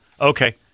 okay